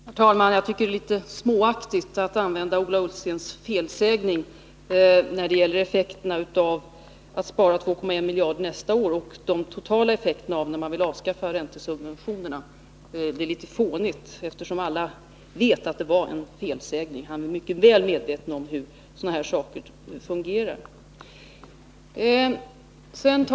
Herr talman! Jag tycker det är litet småaktigt att i debatten använda Ola Ullstens eventuella felsägning när det gäller effekterna av att spara 2,1 miljarder nästa år och de totala effekterna av att avskaffa räntesubventionerna. Det är litet fånigt, eftersom alla vet att det var en felsägning. Han är "mycket väl medveten om hur sådana här saker fungerar.